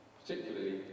particularly